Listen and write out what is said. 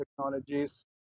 technologies